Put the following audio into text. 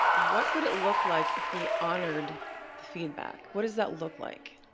what would it look like if we honored feedback? what does that look like?